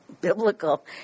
biblical